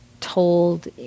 told